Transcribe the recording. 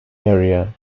area